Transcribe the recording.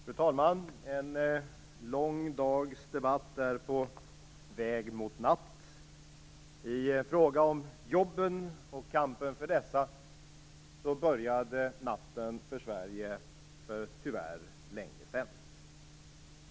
Fru talman! En lång dags debatt är på väg mot natt. I fråga om jobben och kampen för dessa började natten för Sverige tyvärr för länge sedan.